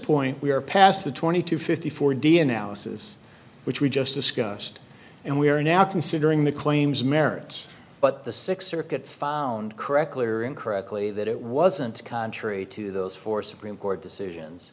point we are past the twenty to fifty four d n a analysis which we just discussed and we are now considering the claims merits but the sixth circuit found correctly or incorrectly that it wasn't contrary to those four supreme court decisions